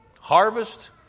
harvest